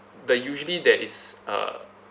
the usually there is uh